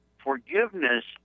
forgiveness